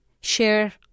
share